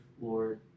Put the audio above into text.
lord